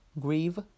grieve